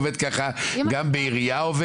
גם בעירייה.